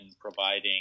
providing